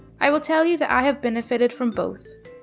i will tell you that i have benefited from both.